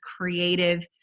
creative